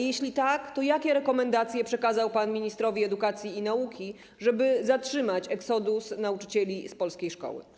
Jeśli tak, to jakie rekomendacje przekazał pan ministrowi edukacji i nauki, żeby zatrzymać exodus nauczycieli z polskiej szkoły?